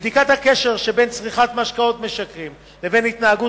בבדיקת הקשר שבין צריכת משקאות משכרים לבין התנהגות